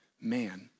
man